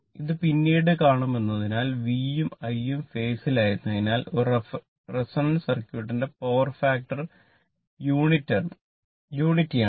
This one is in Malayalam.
ഇത് പിന്നീട് കാണുമെന്നതിനാൽ V ഉം I ഉം ഫേസിൽ ആയിരുന്നതിനാൽ ഒരു റെസൊണന്റ് സർക്യൂട്ടിന്റെ പവർ ഫാക്ടർ യൂണിറ്റി ആണ്